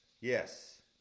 Yes